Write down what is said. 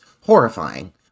horrifying